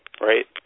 Right